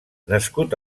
nascut